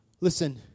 Listen